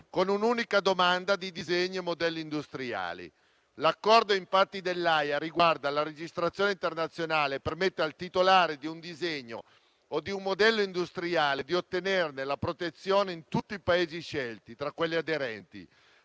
con un'unica domanda di disegni e modelli industriali. L'Accordo dell'Aja riguarda la registrazione internazionale e permette al titolare di un disegno o di un modello industriale di ottenerne la protezione in tutti i Paesi scelti tra quelli aderenti